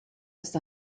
ist